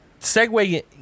segue